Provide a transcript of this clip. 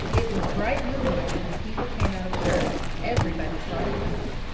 it was bright moonlight when the people came out of church, and everybody saw it plainly.